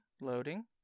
loading